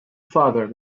father